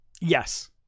Yes